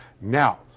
now